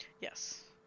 Yes